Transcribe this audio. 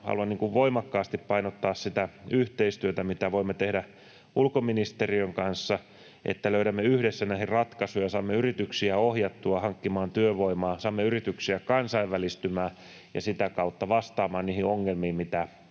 haluan voimakkaasti painottaa sitä yhteistyötä, mitä voimme tehdä ulkoministeriön kanssa, että löydämme yhdessä näihin ratkaisuja, saamme yrityksiä ohjattua hankkimaan työvoimaa, saamme yrityksiä kansainvälistymään ja sitä kautta vastaamaan niihin ongelmiin, mitä